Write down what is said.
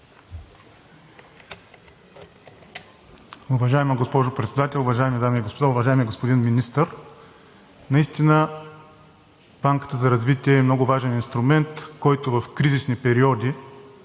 Уважаема госпожо Председател, уважаеми дами и господа! Уважаеми господин Министър, наистина Банката за развитие е много важен инструмент, който в кризисни периоди